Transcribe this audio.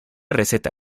receta